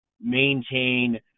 maintain